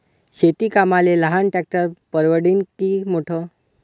शेती कामाले लहान ट्रॅक्टर परवडीनं की मोठं?